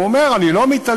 הוא אומר: אני לא מתעלם,